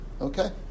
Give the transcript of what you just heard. Okay